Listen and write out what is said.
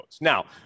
Now